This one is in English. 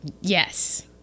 Yes